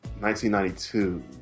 1992